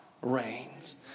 reigns